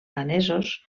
danesos